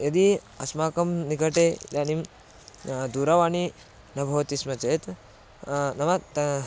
यदि अस्माकं निकटे इदानीं दूरवाणी न भवति स्म चेत् नाम